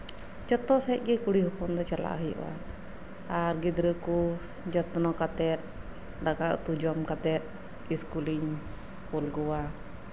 ᱡᱚᱛᱚ ᱥᱮᱫ ᱜᱮ ᱠᱩᱲᱤ ᱦᱚᱯᱚᱱ ᱪᱟᱞᱟᱜ ᱦᱩᱭᱩᱜᱼᱟ ᱟᱨ ᱜᱤᱫᱽᱨᱟᱹ ᱠᱚ ᱡᱚᱛᱱᱚ ᱠᱟᱛᱮᱫ ᱫᱟᱠᱟ ᱩᱛᱩ ᱡᱚᱢ ᱠᱟᱛᱮᱫ ᱤᱥᱠᱩᱞ ᱤᱧ ᱠᱩᱞ ᱠᱚᱣᱟ